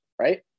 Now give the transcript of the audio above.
right